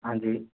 हाँ जी